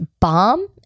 bomb